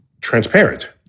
transparent